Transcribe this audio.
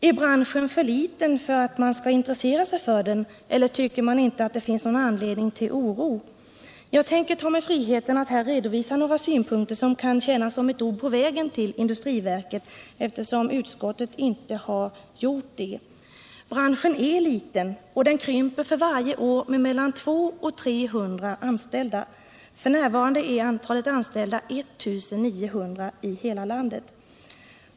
Är branschen för liten för att man skall intressera sig för den, eller tycker man inte att det finns någon anledning till oro? Jag tänker ta mig friheten att här, eftersom utskottet inte gjort det, redovisa några synpunkter som kan tjäna som ord på vägen till industriverket. Branschen är liten och den krymper för varje år med 200-300 anställda. F. n. är antalet anställda 1 900 i hela landet.